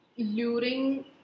luring